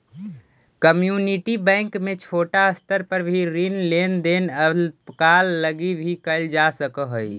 community bank में छोटा स्तर पर भी ऋण लेन देन अल्पकाल लगी भी कैल जा सकऽ हइ